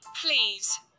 please